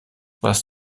was